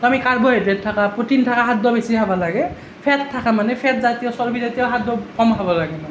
আমি কাৰ্বহাইড্ৰেট থাকা প্ৰটিন থাকা খাদ্য বেছি খাবা লাগে ফেট থাকা মানে ফেটজাতীয় চৰ্বিজাতীয় খাদ্য কম খাব লাগে মানে